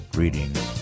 Greetings